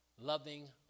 loving